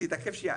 נתעכב שנייה.